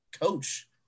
coach